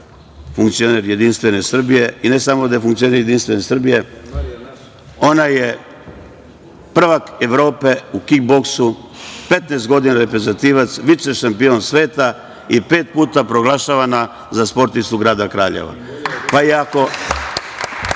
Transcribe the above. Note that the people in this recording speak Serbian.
funkcioner Jedinstvene Srbije, i ne samo da je funkcioner JS, ona je prvak Evrope u kik-boksu, 15 godina reprezentativac, vicešampion sveta i pet puta proglašavana za sportistu grada Kraljeva, i ako